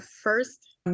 first